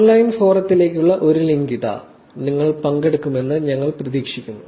online ഫോറത്തിലേക്കുള്ള ഒരു link ഇതാ നിങ്ങൾ പങ്കെടുക്കുമെന്ന് ഞങ്ങൾ പ്രതീക്ഷിക്കുന്നു